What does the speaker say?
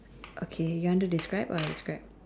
okay you want to describe or I describe